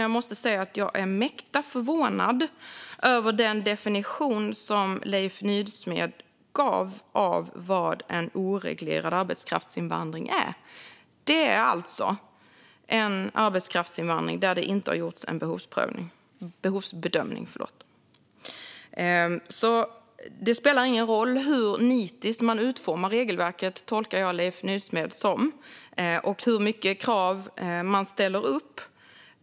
Jag måste säga att jag är mäkta förvånad över den definition som Leif Nysmed gav av vad oreglerad arbetskraftsinvandring är. Det är alltså arbetskraftsinvandring där det inte har gjorts en behovsbedömning. Det spelar alltså ingen roll hur nitiskt man utformar regelverket, tolkar jag Leif Nysmed som, eller hur många krav man ställer.